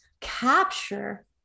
capture